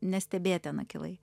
nestebėt ten akylai